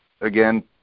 again